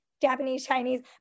Japanese-Chinese